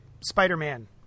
Spider-Man